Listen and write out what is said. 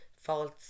false